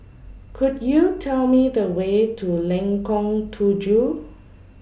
Could YOU Tell Me The Way to Lengkong Tujuh